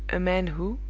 a man who,